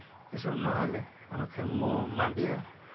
ଏସବୁ ନହେଲେ ଆମେ ମାଣ୍ଡିଆ ଆ